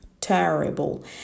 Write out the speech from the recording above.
terrible